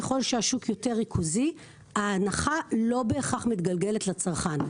ככל שהשוק יותר ריכוזי ההנחה לא בהכרח מתגלגלת לצרכן.